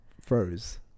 froze